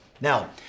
Now